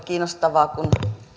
kiinnostavaa kun